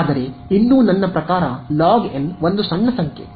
ಆದರೆ ಇನ್ನೂ ನನ್ನ ಪ್ರಕಾರ ಲಾಗ್ ಒಂದು ಸಣ್ಣ ಸಂಖ್ಯೆ